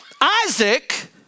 Isaac